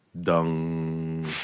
Dung